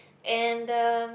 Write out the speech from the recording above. and the